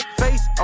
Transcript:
face